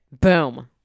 Boom